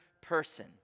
person